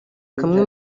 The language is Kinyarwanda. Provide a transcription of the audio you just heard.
kamwe